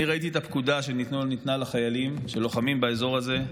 ראיתי את הפקודה שניתנה לחיילים שלוחמים באזור הזה,